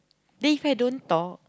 then If I don't talk